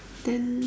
then